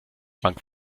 bank